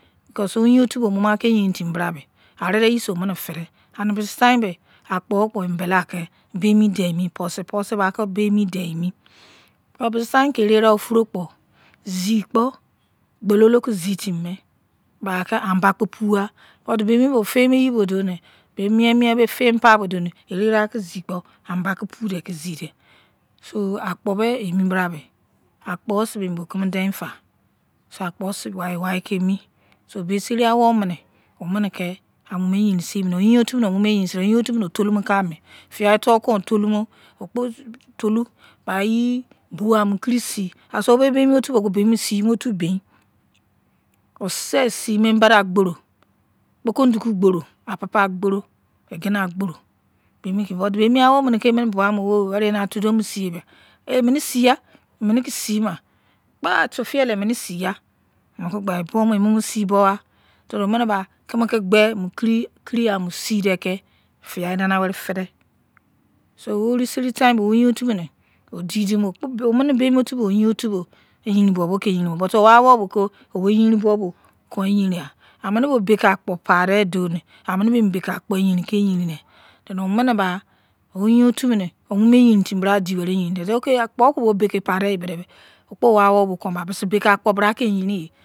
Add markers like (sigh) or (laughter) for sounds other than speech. (unintelligible) ongain ofa bo kon aki omo omo eyevin fimni bra mei so opufder fder and bisi fime bei akpo nice mie kpo embelea ki bemie deinnic puwasi puwasi kon a ki ber mie bisi tame ler erera ofuro kpo jeis kpo kpulolo kizetimi mier amba kpo puwa buf bemipe ofeminja bu douni bir fee nil par dou in eva va kizikpo ambaki pudeikiri z idei so akpo be enn bhaibes akpo akpo sei sei bo kemi dein fai akpo sei war wai kenic õo benisevi awoniine onminike amomo fevin ser uw no afein otu mine ofalumuw kai mér finjai tuwo kon oflunum (unintelligible) bai sei kpo kou aki o folumu bisiger sound seinii ofu obo bein osise emono sei mu mbada gboru kpogondugu kponi, apupa kpora, kpora, egins egins kporu but benifie mùi awo icniki rimininur bug awana weri a bo emcamo seiyer emine sei qha emanik, secmine tau emini fifi see eghe (unintelligible) sér dan we eisini ba kaniki abi hein you mas musidekiwi finjai won fider orusen time ber agein ofumine owainiofubo ajrin fubo fein buwoke ferin viinei but owa wu bo wenyevin buwo bo kou ki yen gha beke a kpo pardes doni ammini banic bike akpo je nang ne akpo join ka yein and oumini pa afein ofun mine omomo fevin time bare experin gha (unintelligible) alepoki bu bake pa owamine kon bar ke bisi lbe depo bardeige brame de akpo ki eyerin yei.